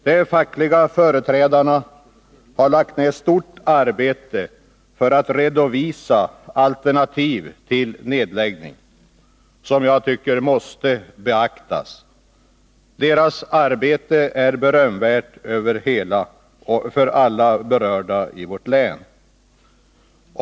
De fackliga företrädarna har lagt ned ett stort arbete för att redovisa alternativ till nedläggning, alternativ som jag tycker måste beaktas. Deras arbete för alla berörda i länet är berömvärt.